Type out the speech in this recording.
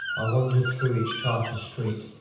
i wander through each charter'd street,